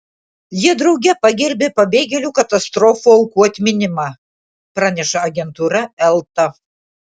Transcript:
jie drauge pagerbė pabėgėlių katastrofų aukų atminimą praneša agentūra elta